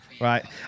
Right